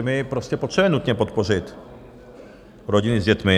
My prostě potřebuje nutně podpořit rodiny s dětmi.